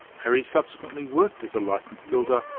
harry subsequently worked as a licensed builder,